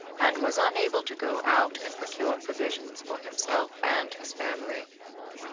and was unable to go out and procure provisions for himself and his family.